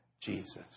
Jesus